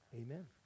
Amen